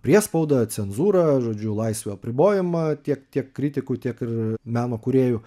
priespaudą cenzūrą žodžiu laisvių apribojimą tiek tiek kritikų tiek ir meno kūrėjų